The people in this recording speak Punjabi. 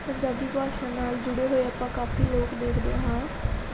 ਪੰਜਾਬੀ ਭਾਸ਼ਾ ਨਾਲ ਜੁੜੇ ਹੋਏ ਆਪਾਂ ਕਾਫ਼ੀ ਲੋਕ ਦੇਖਦੇ ਹਾਂ